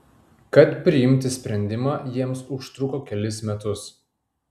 kad priimti sprendimą jiems užtruko kelis metus